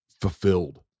fulfilled